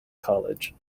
college